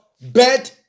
bad